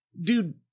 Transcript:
Dude